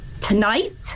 tonight